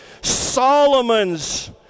Solomon's